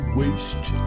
waste